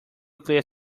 clear